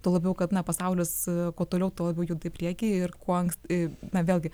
tuo labiau kad na pasaulis kuo toliau tuo labiau juda į priekį ir kuo anksti na vėlgi